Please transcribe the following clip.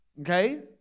Okay